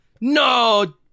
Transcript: No